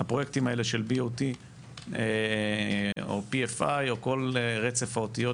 הפרויקטים האלה של B.O.T או P.F.I. או כל רצף האותיות